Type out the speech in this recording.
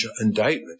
indictment